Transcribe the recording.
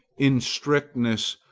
in strictness,